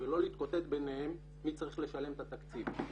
ולא להתקוטט ביניהם מי צריך לשלם את התקציב.